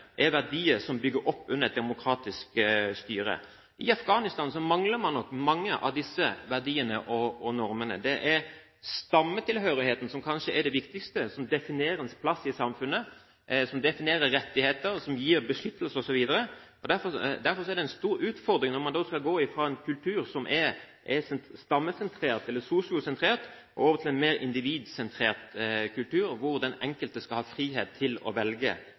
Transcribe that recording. et demokratisk styre. I Afghanistan mangler man nok mange av disse verdiene og normene. Det er stammetilhørigheten som kanskje er det viktigste, som definerer ens plass i samfunnet, som definerer rettigheter, og som gir beskyttelse osv. Derfor er det en stor utfordring når man skal gå fra en kultur som er stammesentrert, eller sosiosentrert, og over til en mer individsentrert kultur hvor den enkelte skal ha frihet til å velge